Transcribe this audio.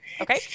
Okay